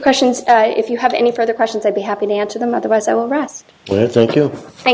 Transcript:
questions if you have any further questions i'd be happy to answer them otherwise i